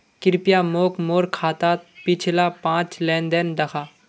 कृप्या मोक मोर खातात पिछला पाँच लेन देन दखा